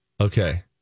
Okay